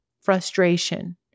frustration